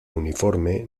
uniforme